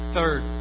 Third